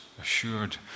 assured